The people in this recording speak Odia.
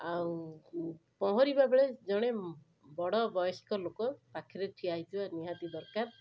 ଆଉ ପହଁରିବାବେଳେ ଜଣେ ବଡ଼ ବୟସ୍କ ଲୋକ ପାଖରେ ଠିଆ ହୋଇଥିବା ନିହାତି ଦରକାର